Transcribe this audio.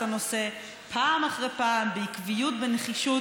הנושא פעם אחרי פעם בעקביות ונחישות,